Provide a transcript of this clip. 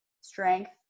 strength